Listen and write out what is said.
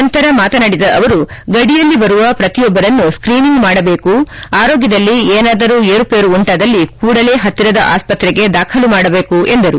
ನಂತರ ಮಾತನಾಡಿದ ಅವರು ಗಡಿಯಲ್ಲಿ ಬರುವ ಪ್ರತಿಯೊಬ್ಬರನ್ನೂ ಸ್ತ್ರೀನಿಂಗ್ ಮಾಡಬೇಕು ಆರೋಗ್ತದಲ್ಲಿ ಏನಾದರೂ ಏರುಪೇರು ಉಂಟಾದಲ್ಲಿ ಕೂಡಲೇ ಪತ್ತಿರದ ಆಸ್ಪತ್ರೆಗೆ ದಾಖಲು ಮಾಡಬೇಕೆಂದರು